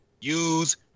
use